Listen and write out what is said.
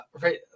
right